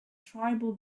tribal